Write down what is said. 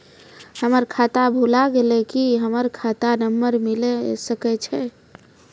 हमर खाता भुला गेलै, की हमर खाता नंबर मिले सकय छै?